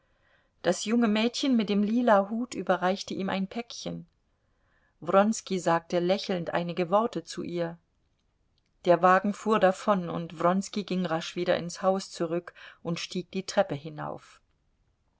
das junge mädchen mit dem lila hut überreichte ihm ein päckchen wronski sagte lächelnd einige worte zu ihr der wagen fuhr davon und wronski ging rasch wieder ins haus zurück und stieg die treppe hinauf